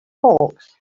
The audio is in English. hawks